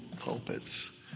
pulpits